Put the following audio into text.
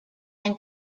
can